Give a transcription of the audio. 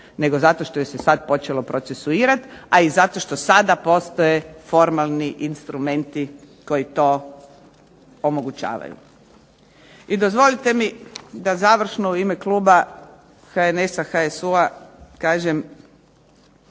nego zato što joj se sad počelo procesuirati, a i zato što postoje formalni instrumenti koji to omogućavaju. I dozvolite mi da završno u ime kluba HNS-a, HSU-a kažem